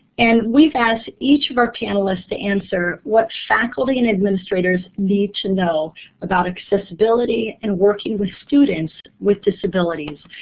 and we've asked each of our panelists to answer what faculty and administrators need to know about accessibility and working with students with disabilities.